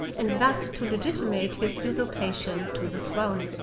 and thus to legitimate his usurpation to the throne.